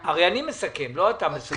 2015. אני לא יודע